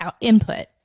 input